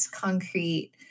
concrete